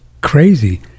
crazy